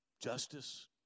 Justice